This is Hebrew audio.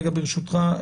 רגע ברשותך,